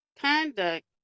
conduct